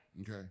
Okay